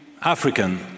African